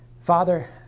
Father